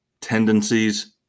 tendencies